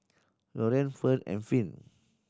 Lorean Fern and Finn